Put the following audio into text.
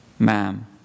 Ma'am